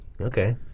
Okay